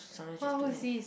!wah! who is this